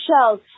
shells